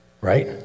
right